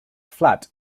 flat